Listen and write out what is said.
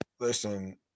Listen